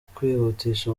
kwihutisha